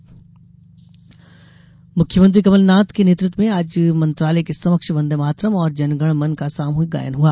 वन्दे मातरम मुख्यमंत्री कमलनाथ के नेतृत्व में आज मंत्रालय के समक्ष वन्दे मातरम और जनगणमन का सामूहिक गायन हुआ